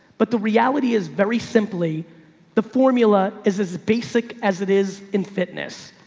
but the reality is very simply the formula is as basic as it is in fitness.